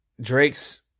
Drake's